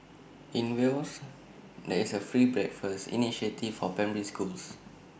in Wales there is A free breakfast initiative for primary schools